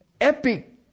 epic